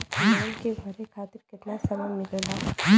Loan के भरे खातिर कितना समय मिलेला?